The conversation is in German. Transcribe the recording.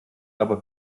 aber